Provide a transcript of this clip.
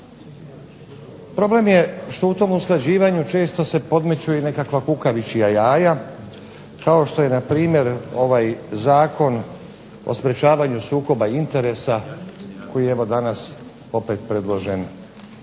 Problem je što u tom usklađivanju često se podmeću i nekakva kukavičja jaja kao što je npr. ovaj Zakon o sprečavanju sukoba interesa koji je evo danas opet predložen